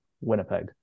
Winnipeg